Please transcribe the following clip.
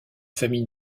famille